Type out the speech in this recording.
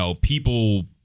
people